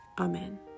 Amen